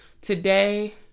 Today